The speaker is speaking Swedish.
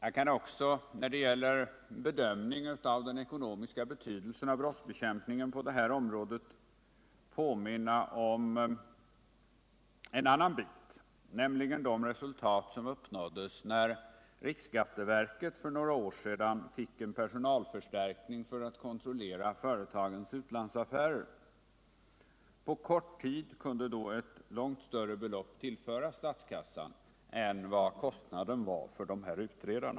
Jag kan också när det gäller bedömningen av den ekonomiska betydelsen av brottsbekämpningen på det här området påminna om de resultat som uppnåddes när riksskatteverket för några år sedan fick en personalförstärkning för att kontrollera företagens utlandsaffärer. På kort tid kunde då ett långt större belopp tillföras statskassan 119 än vad kostnaden för dessa utredningstjänster var.